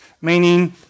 meaning